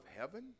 heaven